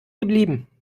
geblieben